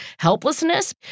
helplessness